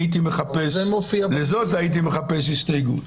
לזאת הייתי מחפש הסתייגות.